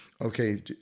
okay